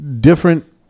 different